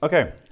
Okay